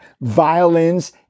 violins